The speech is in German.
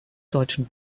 deutschen